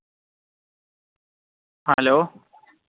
hello